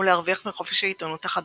ולהרוויח מחופש העיתונות החדש.